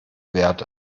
verde